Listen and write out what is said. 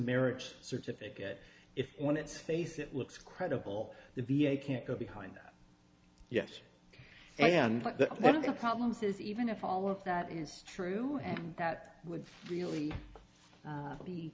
marriage certificate if when it's face it looks credible the v a can't go behind that yes and one of the problems is even if all of that is true and that would really be